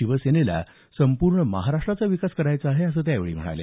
शिवसेनेला संपूर्ण महाराष्ट्राचा विकास करायचा आहे असं ते म्हणाले